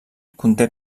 conté